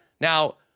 Now